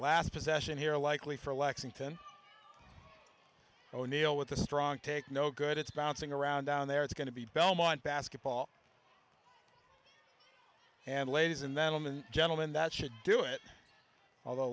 last possession here likely for lexington o'neal with the strong take no good it's bouncing around down there it's going to be belmont basketball and ladies and gentlemen gentlemen that should do it al